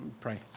Pray